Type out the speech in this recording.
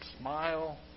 smile